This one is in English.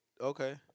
okay